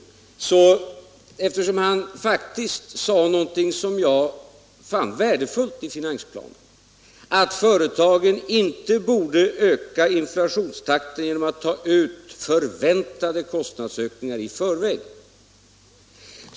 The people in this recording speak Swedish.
I finansplanen sade herr Bohman faktiskt någonting som jag fann värdefullt, nämligen att företagen inte borde öka inflationstakten genom att ta ut förväntade kostnadsökningar i förväg.